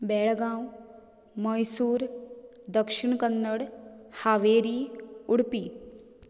Belagavi Mysore Dakshina Kannada Haveri Udupi